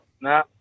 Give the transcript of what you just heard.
Nah